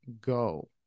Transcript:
go